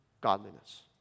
godliness